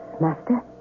Master